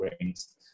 rings